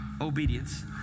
Obedience